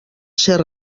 ser